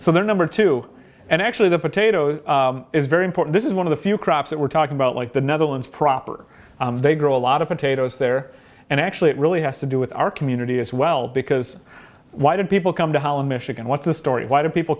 so they're number two and actually the potato is very important this is one of the few crops that we're talking about like the netherlands proper they grow a lot of potatoes there and actually it really has to do with our community as well because why do people come to holland michigan what's the story why do people